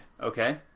okay